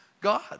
God